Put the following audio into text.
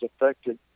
affected